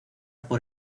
por